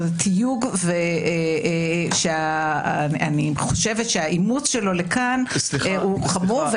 זה תיוג שאני חושבת שהאימוץ שלו לכאן הוא חמור.